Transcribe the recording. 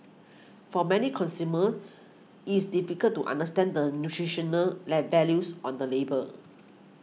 for many consumers it's difficult to understand the nutritional let values on the label